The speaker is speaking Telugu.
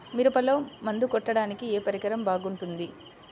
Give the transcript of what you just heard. మిరపలో మందు కొట్టాడానికి ఏ పరికరం బాగుంటుంది?